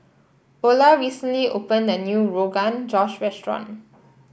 Ola recently opened a new Rogan Josh restaurant